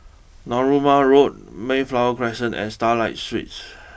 Narooma Road Mayflower Crescent and Starlight Suites